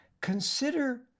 Consider